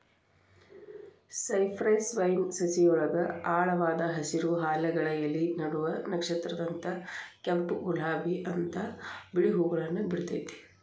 cypress vine ಸಸಿಯೊಳಗ ಆಳವಾದ ಹಸಿರು, ಹಾಲೆಗಳ ಎಲಿ ನಡುವ ನಕ್ಷತ್ರದಂತ ಕೆಂಪ್, ಗುಲಾಬಿ ಅತ್ವಾ ಬಿಳಿ ಹೂವುಗಳನ್ನ ಬಿಡ್ತೇತಿ